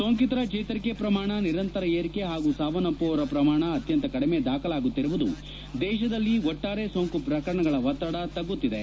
ಸೋಂಕಿತರ ಚೇತರಿಕೆಯ ಪ್ರಮಾಣ ನಿರಂತರ ಏರಿಕೆ ಹಾಗೂ ಸಾವನ್ನಪ್ಪುವವರ ಪ್ರಮಾಣ ಅತ್ಯಂತ ಕಡಿಮೆ ದಾಖಲಾಗುತ್ತಿರುವುದು ದೇತದಲ್ಲಿ ಒಟ್ಲಾರೆ ಸೋಂಕು ಪ್ರಕರಣಗಳ ಒತ್ತಡ ತಗ್ಗುತ್ತಿದೆ